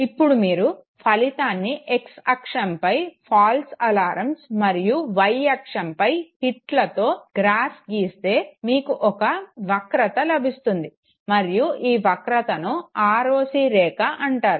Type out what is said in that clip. ఇప్పుడు మీరు ఫలితాన్ని x అక్షంపై ఫాల్స్ అలర్మ్స్ మరియు y అక్షంపై హిట్లతో గ్రాఫ్ గీస్తే మీకు ఒక వక్రత లభిస్తుంది మరియు ఈ వక్రతను ROC రేఖ అంటారు